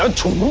ah to